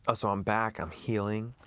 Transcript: ah so i'm back, i'm healing,